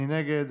מי נגד?